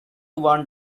want